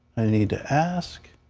i need to ask.